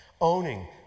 owning